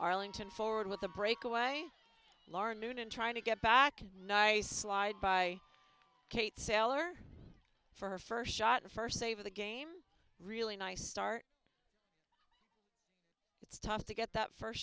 arlington forward with the breakaway lara noonan trying to get back and nice slide by kate saylor for first shot the first save the game really nice start it's tough to get that first